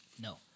No